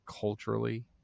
culturally